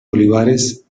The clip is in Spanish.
olivares